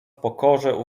pokorze